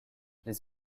les